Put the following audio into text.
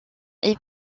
est